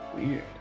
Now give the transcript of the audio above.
Weird